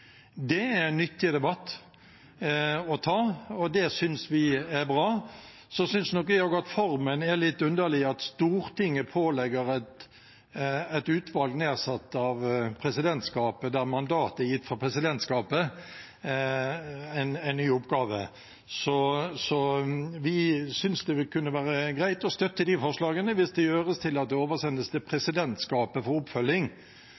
Det er en nyttig debatt å ta, og det synes vi er bra. Så synes nok også jeg at formen er litt underlig, at Stortinget pålegger et utvalg nedsatt av presidentskapet, der mandatet er gitt fra presidentskapet, en ny oppgave. Så vi synes det kunne være greit å støtte de forslagene hvis de gjøres om til at det oversendes til presidentskapet for oppfølging,